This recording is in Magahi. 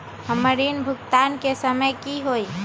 हमर ऋण भुगतान के समय कि होई?